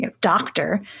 doctor